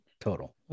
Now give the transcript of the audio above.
total